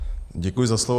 Děkuji za slovo.